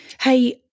hey